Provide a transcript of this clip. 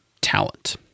talent